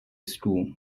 school